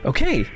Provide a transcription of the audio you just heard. Okay